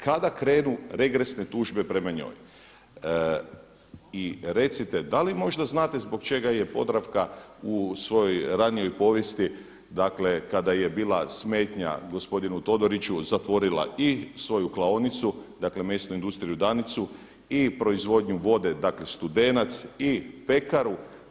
Kada krenu regresne tužbe prema njoj i recite da li možda znate zbog čega je Podravka u svojoj ranijoj povijesti, dakle kada je bila smetnja gospodinu Todoriću zatvorila i svoju klaonicu, dakle mesnu industriju Danicu i proizvodnju vode, dakle Studenac i pekaru.